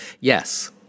yes